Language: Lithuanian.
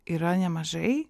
yra nemažai